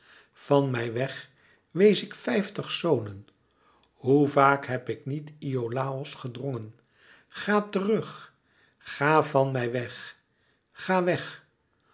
van mij wèg wees ik vijftig zonen hoe vaak heb ik niet iolàos gedrongen ga terug ga vàn mij weg ga weg